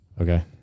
Okay